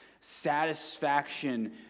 satisfaction